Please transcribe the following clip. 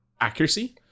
accuracy